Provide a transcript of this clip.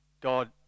God